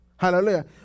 Hallelujah